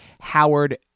Howard